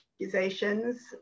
accusations